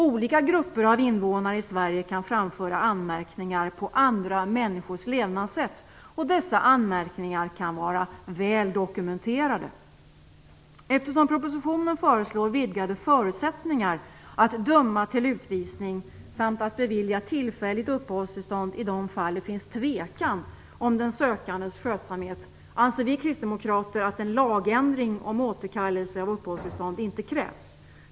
Olika grupper av invånare i Sverige kan framföra anmärkningar på andra människors levnadssätt. Dessa anmärkningar kan vara väl dokumenterade. Eftersom man i propositionen föreslår vidgade förutsättningar att döma till utvisning samt att bevilja tillfälligt uppehållstillstånd i de fall där det finns tvekan om den sökandes skötsamhet, anser vi kristdemokrater att en lagändring om återkallelse av uppehållstillstånd inte krävs.